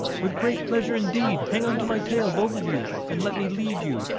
with great pleasure indeed. hang onto my tail, both of you, and let me lead you.